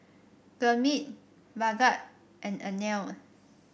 Gurmeet Bhagat and Anil